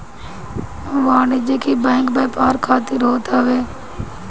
वाणिज्यिक बैंक व्यापार खातिर होत हवे